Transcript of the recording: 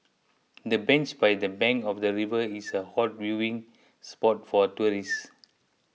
the bench by the bank of the river is a hot viewing spot for tourists